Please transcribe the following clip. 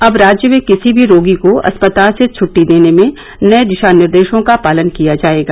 अब राज्य में किसी भी रोगी को अस्पताल से छट्टी देने में नये दिशा निर्देशों का पालन किया जायेगा